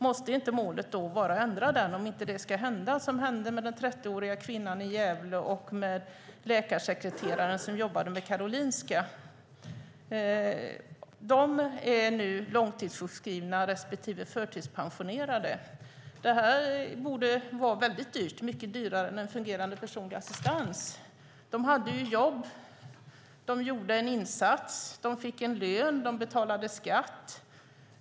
Måste inte målet vara att ändra den om inte det ska hända som hände den 30-åriga kvinnan i Gävle och läkarsekreteraren som jobbade vid Karolinska? De är nu långtidssjukskrivna respektive förtidspensionerade. Det borde vara dyrt - mycket dyrare än en fungerande personlig assistans. De hade jobb. De gjorde en insats. De fick en lön. De betalade skatt.